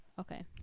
Okay